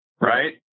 right